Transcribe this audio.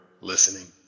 listening